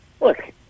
look